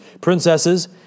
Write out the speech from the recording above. princesses